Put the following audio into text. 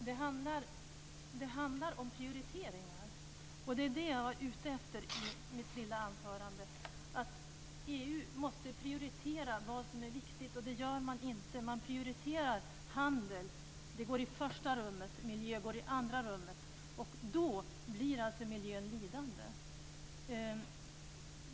Herr talman! Det handlar om prioriteringar. Det var det som jag var ute efter i mitt lilla anförande. EU måste prioritera vad som är viktigt, och det gör man inte. Man prioriterar handel. Det kommer i första rummet. Miljö kommer i andra rummet. Och då blir miljön lidande.